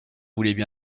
voulaient